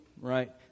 right